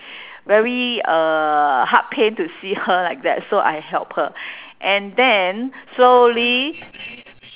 very uh heart pain to see her like that so I help her and then slowly